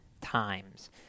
times